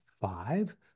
five